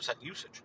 usage